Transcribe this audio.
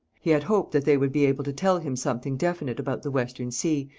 he had hoped that they would be able to tell him something definite about the western sea,